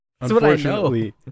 Unfortunately